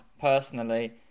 personally